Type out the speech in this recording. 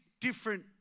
different